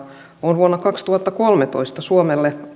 on vuonna kaksituhattakolmetoista suomelle